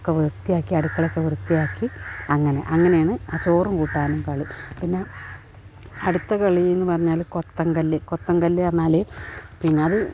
ഒക്കെ വൃത്തിയാക്കി അടുക്കളയൊക്കെ വൃത്തിയാക്കി അങ്ങനെ അങ്ങനെയാണ് ആ ചോറും കൂട്ടാനും കളി പിന്നെ അടുത്ത കളിയെന്നു പറഞ്ഞാൽ കൊത്തങ്കല്ല് കൊത്തങ്കല്ല് പറഞ്ഞാൽ പിന്നത്